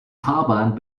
fahrbahn